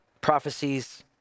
Prophecies